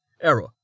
Error